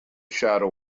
shadow